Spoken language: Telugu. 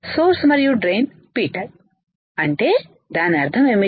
సోర్స్ మరియు డ్రైన్ P టైపు అంటే దాని అర్థం ఏమిటి